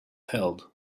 held